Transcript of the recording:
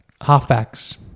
Halfbacks